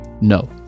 no